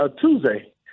Tuesday